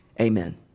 Amen